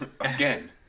Again